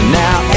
now